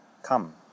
Come